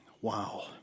Wow